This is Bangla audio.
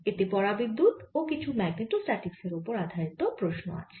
এতে পরাবিদ্যুত ও কিছু ম্যাগনেটোস্ট্যাটিক্সের ওপর আধারিত প্রশ্ন আছে